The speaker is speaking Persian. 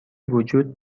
وجود